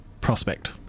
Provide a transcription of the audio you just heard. prospect